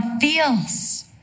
feels